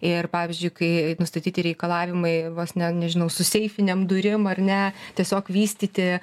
ir pavyzdžiui kai nustatyti reikalavimai vos ne nežinau su seifinėm durim ar ne tiesiog vystyti